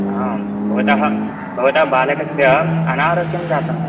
हां भवतः भवतः बालकस्य अनारोग्यं जातं